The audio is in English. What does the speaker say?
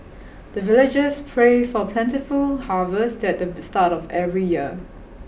the villagers pray for plentiful harvest at the start of every year